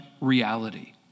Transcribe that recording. reality